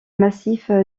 massif